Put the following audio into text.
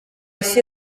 isi